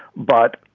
but.